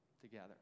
together